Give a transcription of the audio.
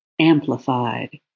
amplified